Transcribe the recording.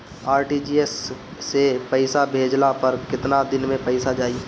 RTGS से पईसा भेजला पर केतना दिन मे पईसा जाई?